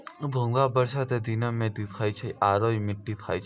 घोंघा बरसा के दिनोॅ में दिखै छै आरो इ मिट्टी खाय छै